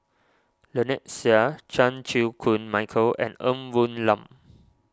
Lynnette Seah Chan Chew Koon Michael and Ng Woon Lam